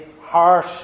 harsh